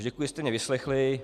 Děkuji, že jste mě vyslechli.